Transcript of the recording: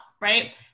right